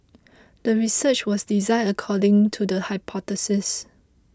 the research was designed according to the hypothesis